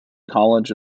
college